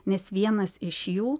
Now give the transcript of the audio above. nes vienas iš jų